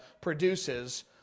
produces